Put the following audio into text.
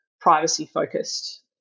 privacy-focused